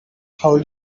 how